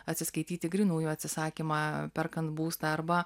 atsiskaityti grynųjų atsisakymą perkant būstą arba